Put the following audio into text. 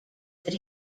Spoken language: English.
that